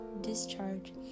discharge